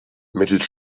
mittels